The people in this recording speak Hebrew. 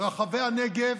ברחבי הנגב,